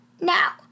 Now